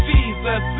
Jesus